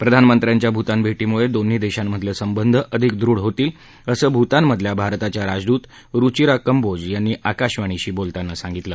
प्रधानमंत्र्यांच्या भूतान भेटीमुळे दोन्ही देशातले संबंध अधिक दृढ होतील असं भूतानमधल्या भारताच्या राजदूत रुचिरा कम्बोज यांनी आकाशवाणीशी बोलताना सांगितलं